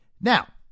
Now